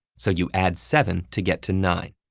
so you add seven to get to nine,